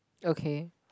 okay